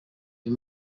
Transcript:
uyu